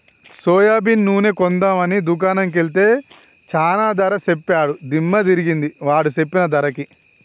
soybean నూనె కొందాం అని దుకాణం కెల్తే చానా ధర సెప్పాడు దిమ్మ దిరిగింది వాడు సెప్పిన ధరకి